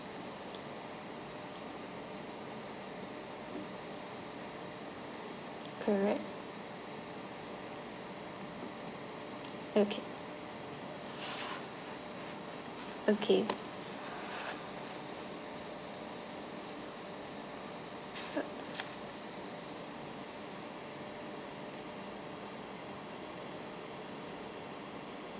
correct okay okay